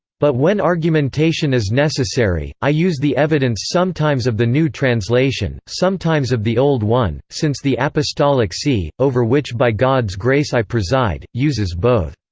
but when argumentation is necessary, i use the evidence sometimes of the new translation, sometimes of the old one, since the apostolic see, over which by god's grace i preside, uses both.